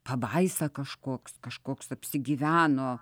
pabaisa kažkoks kažkoks apsigyveno